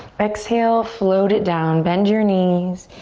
exhale, float it down, bend your knees.